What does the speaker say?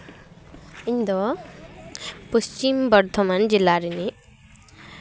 ᱤᱧ ᱫᱚ ᱯᱚᱪᱷᱤᱢ ᱵᱚᱨᱫᱷᱚᱢᱟᱱ ᱡᱮᱞᱟ ᱨᱤᱱᱤᱡ